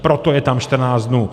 Proto je tam 14 dnů.